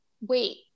Wait